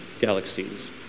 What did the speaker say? galaxies